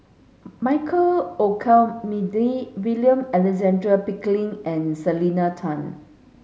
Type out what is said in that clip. Michael Olcomendy William Alexander Pickering and Selena Tan